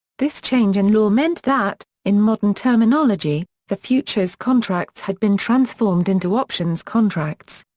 this change in law meant that, in modern terminology, the futures contracts had been transformed into options contracts.